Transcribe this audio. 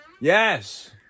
Yes